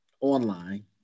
online